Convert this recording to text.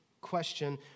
question